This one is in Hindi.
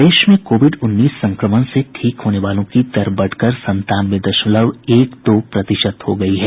प्रदेश में कोविड उन्नीस संक्रमण से ठीक होने वालों की दर बढ़कर संतानवे दशमलव एक दो प्रतिशत हो गई है